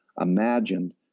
imagined